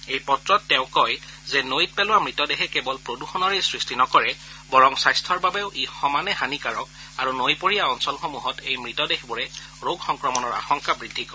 এই পত্ৰত তেওঁ কয় যে নৈত পেলোৱা মৃতদেহে কেৱল প্ৰদূষণৰেই সৃষ্টি নকৰে বৰং স্বাস্থৰ বাবেও ই সমানে হানিকাৰক আৰু নৈপৰীয়া অঞ্চলসমূহত এই মৃতদেহবোৰে ৰোগ সংক্ৰমণৰ আশংকা বৃদ্ধি কৰে